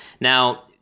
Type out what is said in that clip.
Now